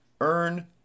Earn